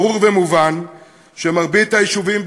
ברור ומובן שמרבית היישובים,